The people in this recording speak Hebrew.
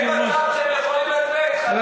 זה אומר אפס חרדים.